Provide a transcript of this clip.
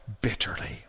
bitterly